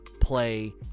play